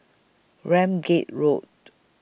Ramsgate Road